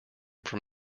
from